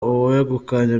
uwegukanye